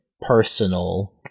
personal